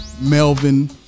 Melvin